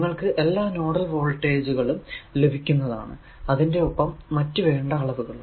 നിങ്ങൾക്കു എല്ലാ nodal voltage കളും ലഭിക്കുന്നതാണ് അതിന്റെ ഒപ്പം മറ്റു വേണ്ട അളവുകളും